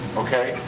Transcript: okay?